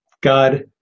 God